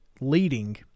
leading